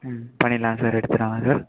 ம் பண்ணிடலாம் சார் எடுத்துட்டு வாங்க சார்